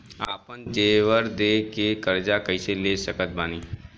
आपन जेवर दे के कर्जा कइसे ले सकत बानी?